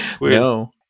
no